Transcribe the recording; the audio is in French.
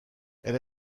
elle